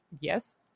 yes